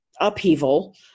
upheaval